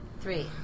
Three